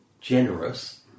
generous